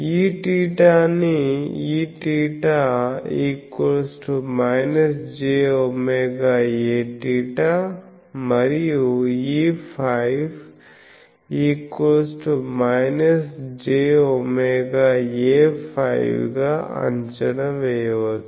Eθ ని Eθ ≃ jwAθ మరియు Eφ≃ jwAφ గా అంచనా వేయవచ్చు